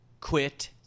quit